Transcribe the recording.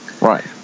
Right